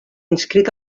inscrit